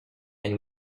and